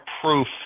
proof